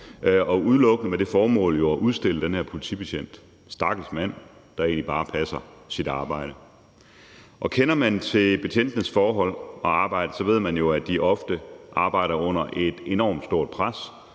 jo udelukkende med det formål at udstille den her politibetjent. Stakkels mand, der egentlig bare passer sit arbejde. Kender man til betjentenes forhold og arbejde, ved man jo, at de ofte arbejder under et enormt stort pres,